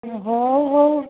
ହଉ ହଉ